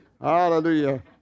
Hallelujah